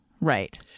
Right